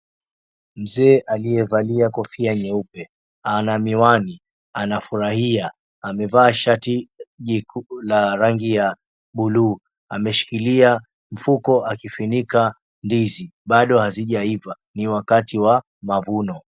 Mzee aliyevalia kofia nyeupe, ana miwani, anafurahia, amevaa shati la rangi ya buluu. Ameshikilia mfuko akifunika ndizi. Bado hazijaiva. Ni wakati wa mavuno.